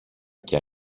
και